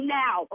now